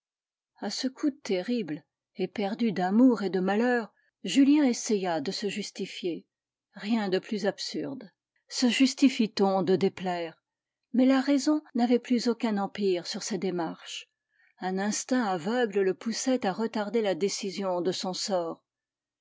a ce coup terrible éperdu d'amour et de malheur julien essaya de se justifier rien de plus absurde se justifie t on de déplaire mais la raison n'avait plus aucun empire sur ses démarches un instinct aveugle le poussait à retarder la décision de son sort